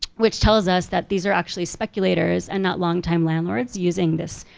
which tells us, that these are actually speculators and not longtime landlords using this